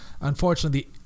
unfortunately